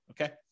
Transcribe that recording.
okay